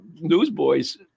newsboys